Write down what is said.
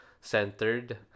centered